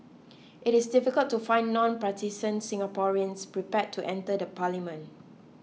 it is difficult to find non partisan Singaporeans prepared to enter the parliament